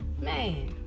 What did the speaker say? man